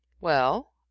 Well